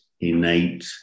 innate